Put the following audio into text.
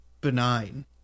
benign